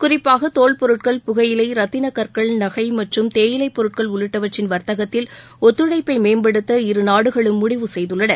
குறிப்பாக தோல் பொருட்கள் புகையிலை ரத்தின கற்கள் நகை மற்றும் தேயிலை பொருட்கள் உள்ளிட்டவற்றின் வர்த்தகத்தில் ஒத்துழைப்பை மேம்படுத்த இரு நாடுகளும் முடிவுசெய்துள்ளன